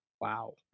Wow